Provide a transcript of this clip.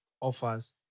offers